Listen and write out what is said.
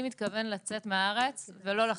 אני מתכוון לצאת מהארץ ולא לחזור.